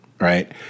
right